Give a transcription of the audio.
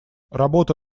работа